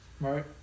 Right